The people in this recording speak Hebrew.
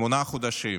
שמונה חודשים,